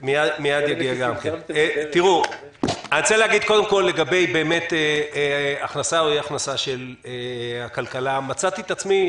אני רוצה להגיד לגבי הכנסה או אי הכנסה של הכלכלה מצאתי את עצמי,